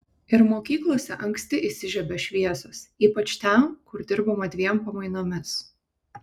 ir mokyklose anksti įsižiebia šviesos ypač ten kur dirbama dviem pamainomis